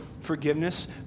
forgiveness